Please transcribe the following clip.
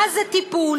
מה זה טיפול.